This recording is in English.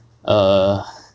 err